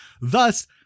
thus